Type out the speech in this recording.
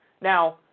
Now